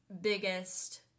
biggest